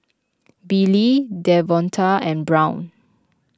Billy Davonta and Brown